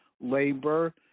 labor